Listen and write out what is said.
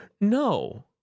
No